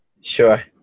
Sure